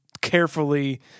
carefully